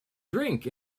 drink